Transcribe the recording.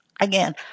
Again